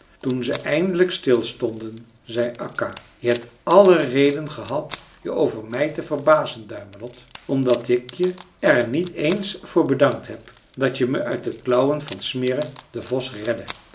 toen ze eindelijk stilstonden zei akka je hebt alle reden gehad je over mij te verbazen duimelot omdat ik je er niet eens voor bedankt heb dat je me uit de klauwen van smirre den vos redde